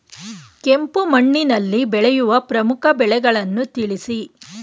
ಕೆಂಪು ಮಣ್ಣಿನಲ್ಲಿ ಬೆಳೆಯುವ ಪ್ರಮುಖ ಬೆಳೆಗಳನ್ನು ತಿಳಿಸಿ?